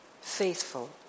faithful